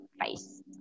face